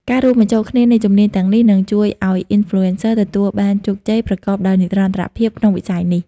ការរួមបញ្ចូលគ្នានៃជំនាញទាំងនេះ នឹងជួយឱ្យ Influencer ទទួលបានជោគជ័យប្រកបដោយនិរន្តរភាពក្នុងវិស័យនេះ។